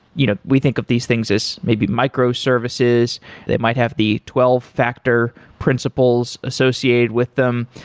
you know we think of these things as maybe micro services that might have the twelve factor principles associated with them.